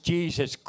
Jesus